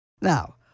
Now